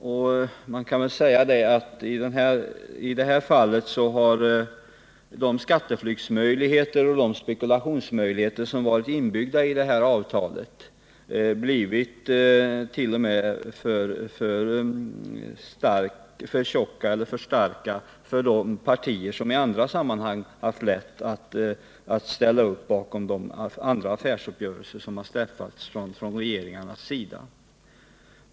Och man kan väl säga att i det fallet har de skatteflyktsoch spekulationsmöjligheter som varit inbyggda i avtalet blivit för starka t.o.m. för de partier som i andra sammanhang haft lätt att ställa upp bakom de andra affärsuppgörelser som träffats från regeringarnas sida.